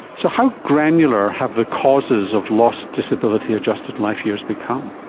so how granular have the causes of lost disability adjusted life years become?